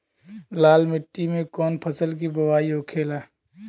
लाल मिट्टी में कौन फसल के बोवाई होखेला?